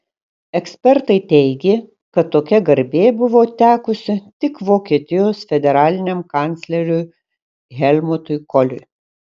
ekspertai teigė kad tokia garbė buvo tekusi tik vokietijos federaliniam kancleriui helmutui koliui